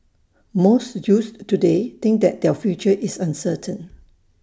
most youths today think that their future is uncertain